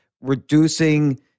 reducing